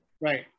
Right